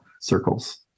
circles